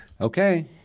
Okay